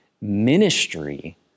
ministry